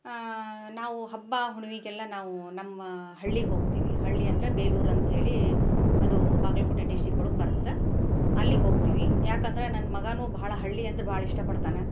ನಾವು ಹಬ್ಬ ಹುಣ್ಣಿಮೆಗೆಲ್ಲ ನಾವು ನಮ್ಮ ಹಳ್ಳಿಗೆ ಹೋಗ್ತೀವಿ ಹಳ್ಳಿ ಅಂದರೆ ಬೇಲೂರು ಅಂತಹೇಳಿ ಅದು ಬಾಗಲಕೋಟೆ ಡಿಶ್ಟಿಕ್ ಒಳಗೆ ಬರತ್ತೆ ಅಲ್ಲಿಗೆ ಹೋಗ್ತೀವಿ ಯಾಕೆಂದ್ರೆ ನನ್ನ ಮಗನು ಬಹಳ ಹಳ್ಳಿಯಂದ್ರೆ ಭಾಳ ಇಷ್ಟಪಡ್ತಾನೆ